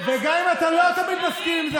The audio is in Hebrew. וגם אם אתה לא תמיד מסכים עם זה,